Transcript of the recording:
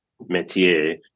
métier